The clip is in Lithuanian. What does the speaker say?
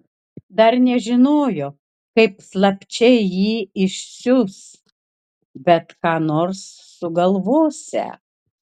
dar nežinojo kaip slapčia jį išsiųs bet ką nors sugalvosią